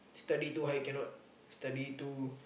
study too high cannot study too